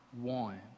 one